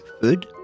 food